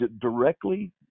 directly